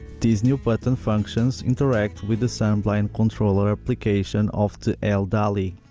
these new button functions interact with the sunblind controller application of the l-dali.